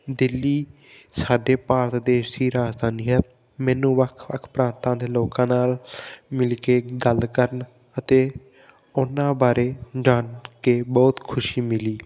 ਦਿੱਲੀ ਸਾਡੇ ਭਾਰਤ ਦੇਸ਼ ਦੀ ਰਾਜਧਾਨੀ ਹੈ ਮੈਨੂੰ ਵੱਖ ਵੱਖ ਪ੍ਰਾਂਤਾਂ ਦੇ ਲੋਕਾਂ ਨਾਲ ਮਿਲ ਕੇ ਗੱਲ ਕਰਨ ਅਤੇ ਉਹਨਾਂ ਬਾਰੇ ਜਾਣ ਕੇ ਬਹੁਤ ਖੁਸ਼ੀ ਮਿਲੀ